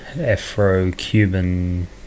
Afro-Cuban